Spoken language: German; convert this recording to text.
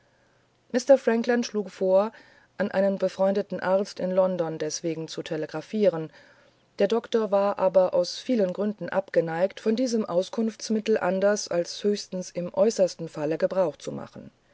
frankland schlug vor an einen befreundeten arzt in london deswegen zu telegraphieren der doktor war aber aus vielen gründen abgeneigt von diesem auskunftsmittel anders als höchstens im äußersten falle gebrauch zu machen